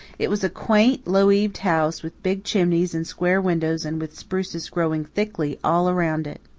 it was a quaint, low-eaved house, with big chimneys and square windows and with spruces growing thickly all around it.